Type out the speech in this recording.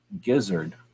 Gizzard